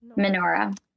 Menorah